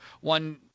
one